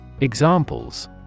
Examples